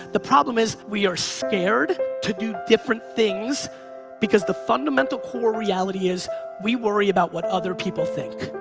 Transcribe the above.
the problem is, we are scared to do different things because the fundamental core reality is we worry about what other people think.